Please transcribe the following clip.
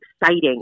exciting